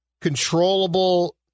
controllable